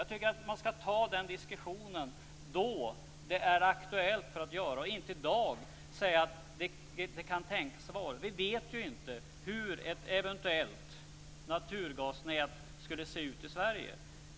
Jag tycker att man skall ta den diskussionen när det blir aktuellt och inte i dag säga att det kan tänkas vara farligt med naturgas. Vi vet ju inte hur ett eventuellt naturgasnät skulle se ut i Sverige.